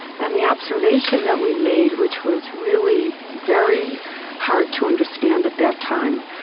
and the observation that we made, which was really very hard to understand at that time,